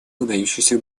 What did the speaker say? выдающихся